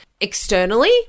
externally